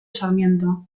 sarmiento